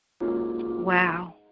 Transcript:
Wow